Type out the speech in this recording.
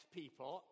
people